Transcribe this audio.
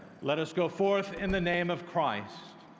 let us go forth in the name of christ,